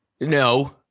No